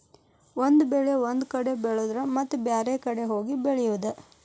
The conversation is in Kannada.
ಒಂದ ಬೆಳೆ ಒಂದ ಕಡೆ ಬೆಳೆದರ ಮತ್ತ ಬ್ಯಾರೆ ಕಡೆ ಹೋಗಿ ಬೆಳಿಯುದ